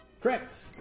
Correct